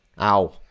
Ow